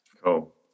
Cool